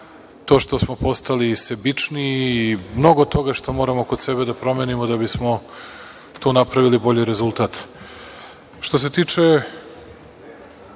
to što smo postali sebičniji i mnogo toga što moramo kod sebe da promenimo da bismo tu napravili bolji rezultat. Što se tiče